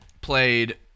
played